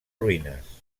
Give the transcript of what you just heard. ruïnes